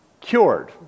cured